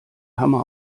hammer